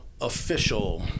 official